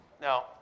Now